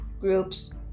groups